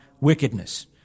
wickedness